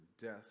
Death